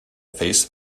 face